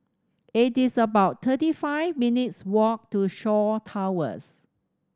it is about thirty five minutes walk to Shaw Towers